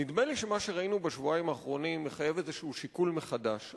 נדמה לי שמה שראינו בשבועיים האחרונים מחייב איזה שיקול מחדש.